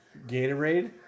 Gatorade